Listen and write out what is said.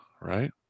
right